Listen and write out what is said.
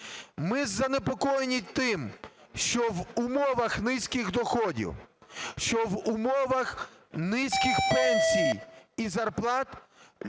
Ми занепокоєні тим, що в умовах низьких доходів, що в умовах низьких пенсій і зарплат